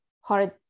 hard